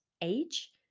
age